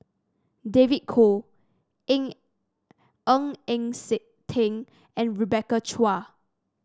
David Kwo Eng Ng Eng Teng and Rebecca Chua